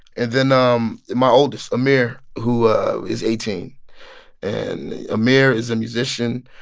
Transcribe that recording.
and then um my oldest, ahmir, who is eighteen and ahmir is a musician.